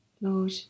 Lord